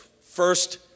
first